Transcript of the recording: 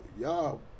y'all